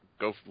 Go